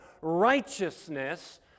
righteousness